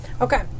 Okay